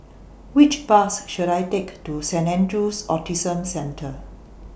Which Bus should I Take to Saint Andrew's Autism Centre